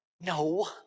no